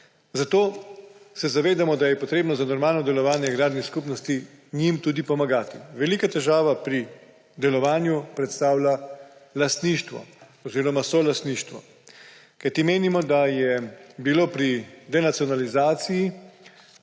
Zato se zavedamo, da je treba za normalno delovanje agrarnim skupnostim tudi pomagati. Veliko težavo pri delovanju predstavlja lastništvo oziroma solastništvo. Menimo, da je bila pri denacionalizaciji